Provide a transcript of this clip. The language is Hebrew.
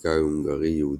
ופוליטיקאי הונגרי-יהודי.